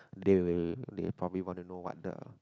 they will they probably want to know what the